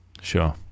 sure